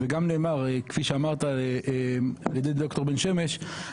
וגם נאמר כפי שאמרת על ידי ד"ר בן שמש,